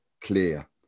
clear